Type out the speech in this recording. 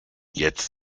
jetzt